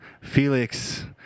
Felix